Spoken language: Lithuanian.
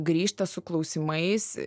grįžta su klausimais